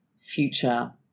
future